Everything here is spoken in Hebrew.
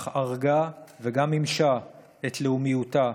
אך ערגה וגם מימשה את לאומיותה,